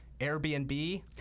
Airbnb